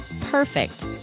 Perfect